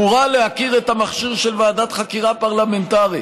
את המכשיר של ועדת חקירה פרלמנטרית.